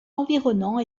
environnant